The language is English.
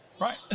right